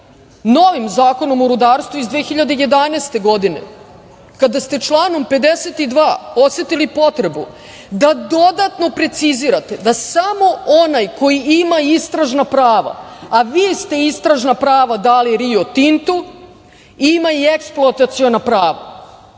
novim Zakonom o rudarstvu iz 2011. godine, kada ste članom 52. osetili potrebu da dodatno precizirate da samo onaj ko ima istražna prava, a vi ste istražna prava dali Rio Tintu, ima i ekploataciona prava,